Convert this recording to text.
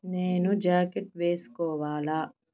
నేను జాకెట్ వేసుకోవాలా